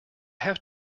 have